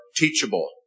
teachable